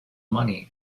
money